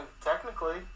technically